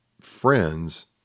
friends